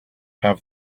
have